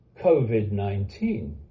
COVID-19